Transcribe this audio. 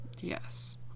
Yes